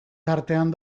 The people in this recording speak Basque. tartean